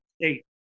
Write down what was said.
Eight